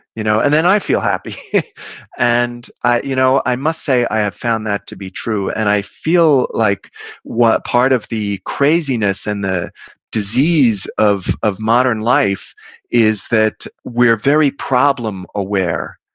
you know and then i feel happy and i you know i must say i have found that to be true and i feel like part of the craziness and the disease of of modern life is that we're very problem aware.